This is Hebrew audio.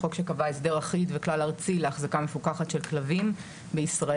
החוק קבע הסדר אחיד וכלל ארצי להחזקה מפוקחת של כלבים בישראל.